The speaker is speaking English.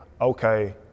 okay